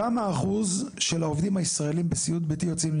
כמה אחוז של העובדים הישראלים בסיעוד ביתי יוצאים,